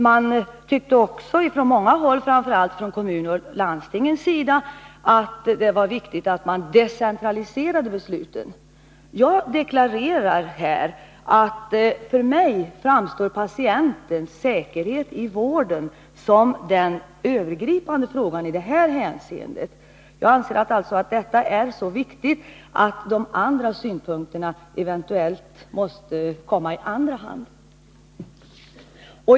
Man tyckte också på många håll, framför allt inom kommuner och landsting, att det var viktigt att decentralisera besluten. Jag deklarerar här att patientens säkerhet i vården för mig framstår som den övergripande frågan. Jag anser alltså att denna är så viktig att de andra synpunkterna måste komma i andra hand.